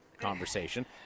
conversation